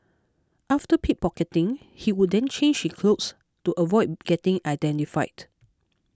after pickpocketing he would then change his clothes to avoid getting identified